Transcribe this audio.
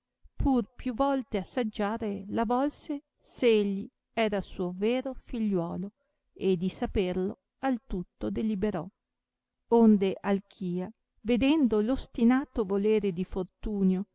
pur più volte assaggiare la volse s egli era suo vero figliuolo e di saperlo al tutto deliberò onde alchia vedendo ostinato volere di fortunio